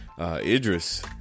Idris